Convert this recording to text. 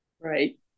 Right